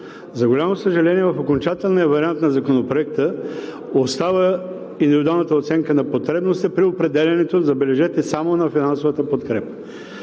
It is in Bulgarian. За голямо съжаление, в окончателния вариант на Законопроекта остава индивидуалната оценка на потребностите при определянето, забележете, само на финансовата подкрепа.